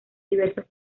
diversos